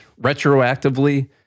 retroactively